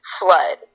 flood